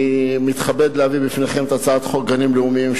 אני מתכבד להביא בפניכם את הצעת חוק גנים לאומיים,